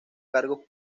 cargos